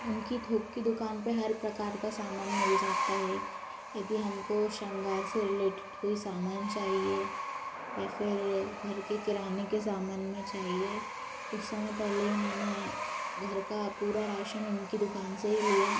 उनकी थोक की दुकान पे हर प्रकार का सामान मिल जाता है यदि हमको श्रृंगार से रिलेटेड कोई सामान चाहिए या फिर घर के किराने के समान में चाहिए कुछ समय पहले ही मैं घर का पूरा राशन उनकी दुकान से ही लिया